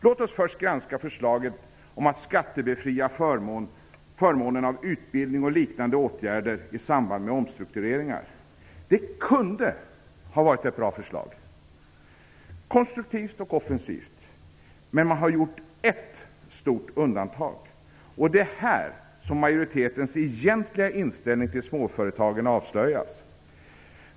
Låt oss först granska förslaget om att skattebefria förmånen av utbildning och liknande åtgärder i samband med omstruktureringar. Det kunde ha varit ett bra förslag - konstruktivt och offensivt. Men man har gjort ett stort undantag, och det är här som majoritetens egentliga inställning till småföretagen avslöjas.